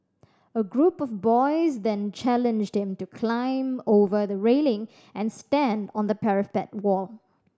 a group of boys then challenged him to climb over the railing and stand on the parapet